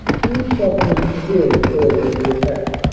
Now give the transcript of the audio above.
two suffering severely early in the attack.